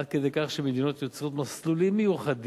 עד כדי כך שמדינות יוצרות מסלולים מיוחדים